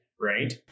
right